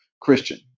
Christian